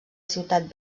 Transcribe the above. ciutat